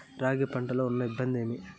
రాగి పంటలో ఉన్న ఇబ్బంది ఏమి?